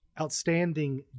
outstanding